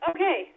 Okay